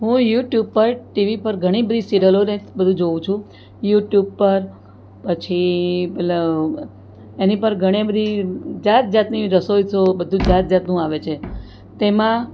હું યૂટ્યૂબ પર ટીવી પર ઘણી બધી સીરીયલોને બધું જોવું છું યૂટ્યૂબ પર પછી પહેલાં એની પર ઘણે બધી જાત જાતની રસોઈ શો બધું જાત જાતનું આવે છે તેમાં